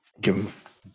give